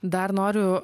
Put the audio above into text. dar noriu